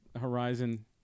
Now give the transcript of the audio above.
Horizon